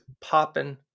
popping